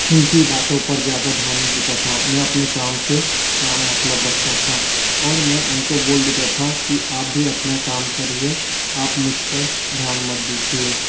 उनकी बातों पर ज़्यादा ध्यान देता था मैं अपने काम से काम मतलब रखता था और मैं उनको बोल देता था कि आप भी अपना काम करिए आप मुझपर ध्यान मत दीजिए